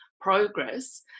progress